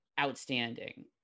outstanding